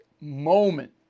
moment